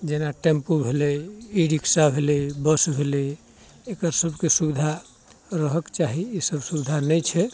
जेना टेम्पू भेलै e rickshaw भेलै बस भेलै एकरा सभकेँ सुविधा रहक चाही ई सभ सुविधा नहि छै